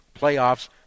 playoffs